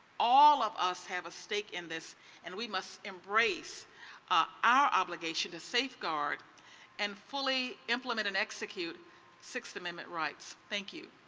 all of us have a stake in this and we must embrace our obligation to safeguard and fully implement and execute sixth amendment rights. thank you.